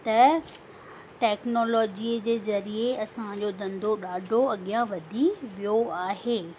त टेक्नोलॉजी जे ज़रिये असांजो धंधो ॾाढो अॻियां वधी वियो आहे